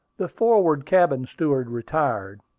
the forward-cabin steward retired.